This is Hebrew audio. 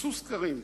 עשו סקרים.